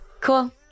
Cool